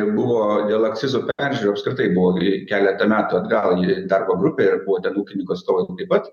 buvo dėl akcizų peržiūrių apskritai buvo grei keletą metų atgal į darbo grupę ir buvo ten ūkininkus tuo laiku taip pat